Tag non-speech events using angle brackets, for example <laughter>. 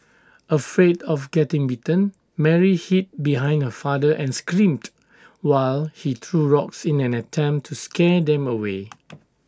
afraid of getting bitten Mary hid behind her father and screamed while he threw rocks in an attempt to scare them away <noise>